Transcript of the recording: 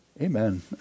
Amen